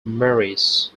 marius